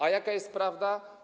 A jaka jest prawda?